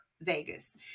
Vegas